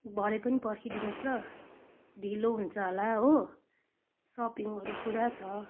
भरे पनि पर्खिदिनु होस् ल ढिलो हुन्छ होला हो सपिङहरू पुरा छ